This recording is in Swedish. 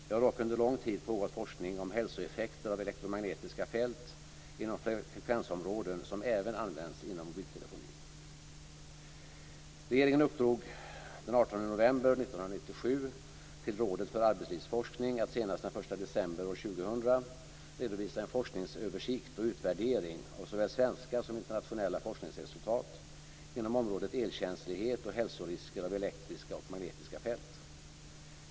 Det har dock under lång tid pågått forskning om hälsoeffekter av elektromagnetiska fält inom frekvensområden som även används inom mobiltelefonin. Rådet för arbetslivsforskning att senast den 1 december år 2000 redovisa en forskningsöversikt och utvärdering av såväl svenska som internationella forskningsresultat inom området elkänslighet och hälsorisker av elektriska och magnetiska fält.